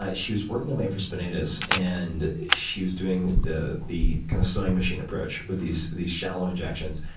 ah she was working on my infraspinatus, and she was doing the the kind of sowing machine approach, with these these shallow injections.